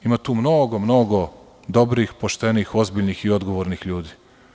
Ima tu mnogo, mnogo dobrih, poštenih, ozbiljnih i odgovornih ljudi.